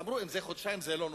אמרו: אם זה חודשיים, זה לא נורא.